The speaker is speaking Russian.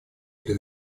для